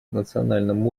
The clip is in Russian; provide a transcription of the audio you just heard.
национальном